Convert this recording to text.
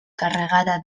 carregada